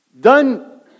Done